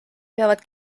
peavad